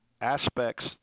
aspects